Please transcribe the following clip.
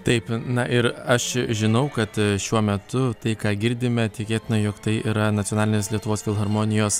taip na ir aš žinau kad šiuo metu tai ką girdime tikėtina jog tai yra nacionalinės lietuvos filharmonijos